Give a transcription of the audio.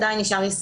עדיין הוא בישראל.